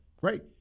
Great